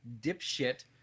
dipshit